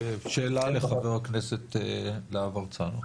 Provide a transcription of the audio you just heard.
שאלה לחבר הכנסת להב-הרצנו.